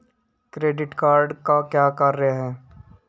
Credit card का क्या कार्य है?